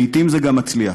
לעתים זה גם מצליח.